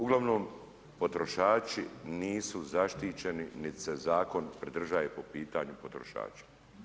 Uglavnom potrošači nisu zaštićeni nit se zakon pridržava po pitanju potrošača.